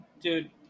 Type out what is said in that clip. Dude